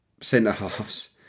centre-halves